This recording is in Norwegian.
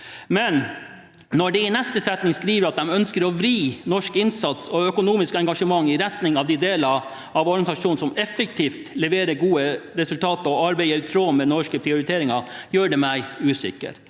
regjeringen i neste setning skriver at de ønsker å vri norsk innsats og økonomisk engasjement «i retning av de delene av organisasjonen som effektivt leverer gode resultater og arbeider i tråd med norske prioriteringer», gjør det meg usikker.